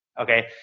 Okay